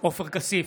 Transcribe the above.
עופר כסיף,